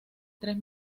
tres